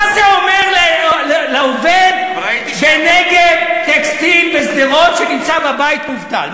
מה זה אומר לעובד ב"נגב טקסטיל" בשדרות שנמצא בבית מובטל?